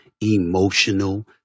emotional